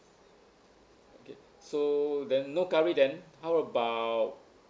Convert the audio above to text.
okay so then no curry then how about